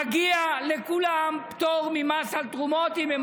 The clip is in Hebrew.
מגיע לכולם פטור ממס על תרומות אם הם